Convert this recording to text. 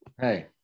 Hey